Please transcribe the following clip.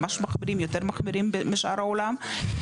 ממש מחמירים יותר משאר העולם,